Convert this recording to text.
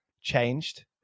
changed